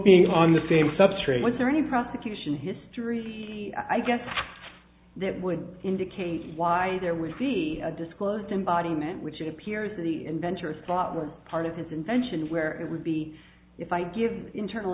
being on the same substrate was there any prosecution history i guess that would indicate why there would be disclosed embodiment which appears in the inventors but was part of his invention where it would be if i give internal